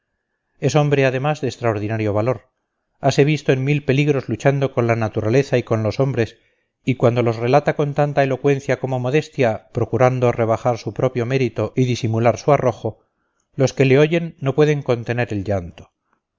es hombre además de extraordinario valor hase visto en mil peligros luchando con la naturaleza y con los hombres y cuando los relata con tanta elocuencia como modestia procurando rebajar su propio mérito y disimular su arrojo los que le oyen no pueden contener el llanto